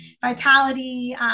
vitality